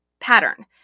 pattern